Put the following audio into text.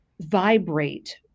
vibrate